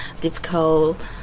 difficult